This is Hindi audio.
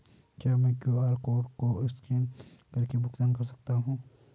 क्या मैं क्यू.आर कोड को स्कैन करके भुगतान कर सकता हूं?